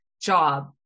job